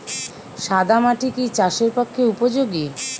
সাদা মাটি কি চাষের পক্ষে উপযোগী?